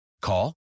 Call